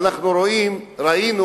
ואנחנו אפילו ראינו